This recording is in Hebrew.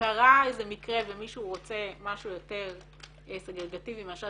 קרה איזה מקרה ומישהו רוצה משהו יותר סגרגטיבי מאשר